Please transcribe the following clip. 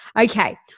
Okay